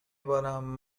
بارم